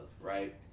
right